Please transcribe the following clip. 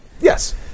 yes